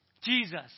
Jesus